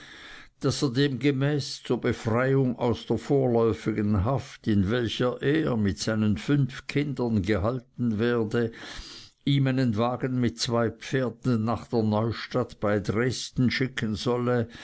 daß er demgemäß zur befreiung aus der vorläufigen haft in welcher er mit seinen fünf kindern gehalten werde ihm einen wagen mit zwei pferden nach der neustadt bei dresden schicken solle